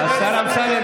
בעוד רגעים ספורים,